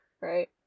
right